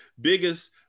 Biggest